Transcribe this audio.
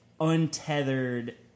untethered